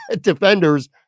defenders